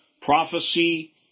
prophecy